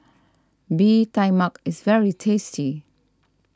Bee Tai Mak is very tasty